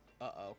uh-oh